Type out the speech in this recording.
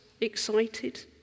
excited